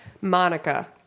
Monica